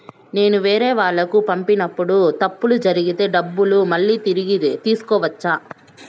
నేను వేరేవాళ్లకు పంపినప్పుడు తప్పులు జరిగితే డబ్బులు మళ్ళీ తిరిగి తీసుకోవచ్చా?